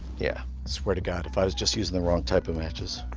yeah. swear to god if i was just using the wrong type of matches.